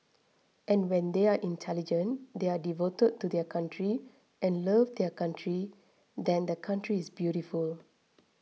and when they are intelligent they are devoted to their country and love their country then the country is beautiful